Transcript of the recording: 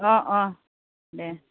अ अ दे